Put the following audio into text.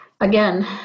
again